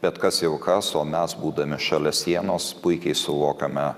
bet kas jau kas o mes būdami šalia sienos puikiai suvokiame